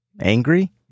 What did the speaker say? angry